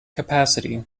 capacity